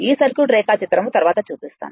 ఆ సర్క్యూట్ రేఖాచిత్రం తరువాత చూపిస్తాను